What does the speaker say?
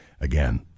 Again